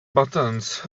buttons